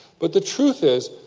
but the truth is,